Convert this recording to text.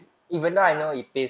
don't know lah